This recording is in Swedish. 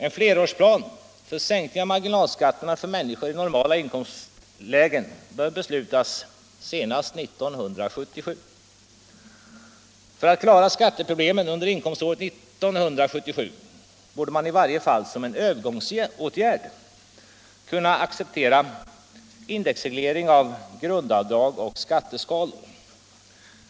En flerårsplan för sänkning av marginalskatterna för människor i normala inkomstlägen bör beslutas senast 1977. För att klara skatteproblemen under inkomståret 1977 borde man i varje fall som en övergångsåtgärd kunna acceptera indexreglering av grundavdrag och skatteskalor.